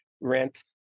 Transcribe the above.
rent